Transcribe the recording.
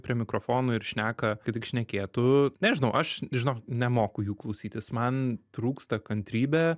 prie mikrofono ir šneka kad tik šnekėtų nežinau aš žinok nemoku jų klausytis man trūksta kantrybė